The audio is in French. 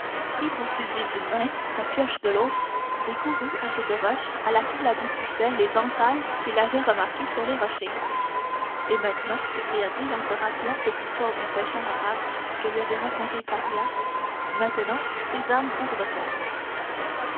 prit son fusil d'une main sa pioche de l'autre et courut à cette roche à laquelle aboutissaient les entailles qu'il avait remarquées sur les rochers et maintenant s'écria-t-il en se rappelant cette histoire du pêcheur arabe que lui avait racontée faria maintenant sésame ouvre-toi